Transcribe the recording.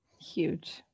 huge